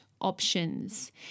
options